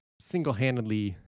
single-handedly